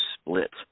split